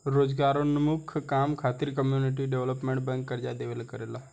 रोजगारोन्मुख काम खातिर कम्युनिटी डेवलपमेंट बैंक कर्जा देवेला करेला